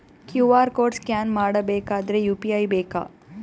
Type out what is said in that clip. QR code scan ಮಾಡಬೇಕಾದರೆ UPI ಬೇಕಾ?